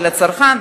של הצרכן,